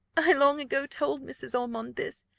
i long ago told mrs. ormond this,